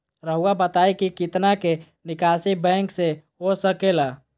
रहुआ बताइं कि कितना के निकासी बैंक से हो सके ला?